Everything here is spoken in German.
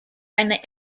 eine